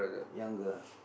younger ah